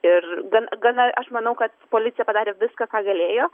ir gan gana aš manau kad policija padarė viską ką galėjo